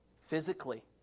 Physically